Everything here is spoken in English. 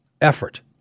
effort